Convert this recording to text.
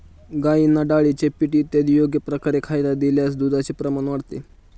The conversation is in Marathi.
गाईंना डाळीचे पीठ इत्यादी योग्य प्रकारे खायला दिल्यास दुधाचे प्रमाण वाढते